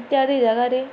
ଇତ୍ୟାଦି ଜାଗାରେ